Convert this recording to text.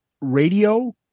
radio